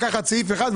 מתוכו לקחת סעיף אחד,